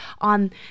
on